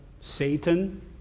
satan